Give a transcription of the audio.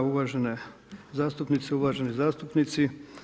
Uvažene zastupnice i uvaženi zastupnici.